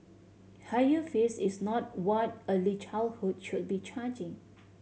higher fees is not what early childhood should be charging